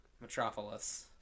Metropolis